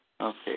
Okay